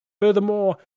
Furthermore